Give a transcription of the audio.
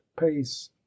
pace